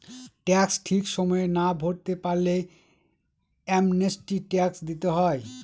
tax ঠিক সময়ে না ভরতে পারলে অ্যামনেস্টি ট্যাক্স দিতে হয়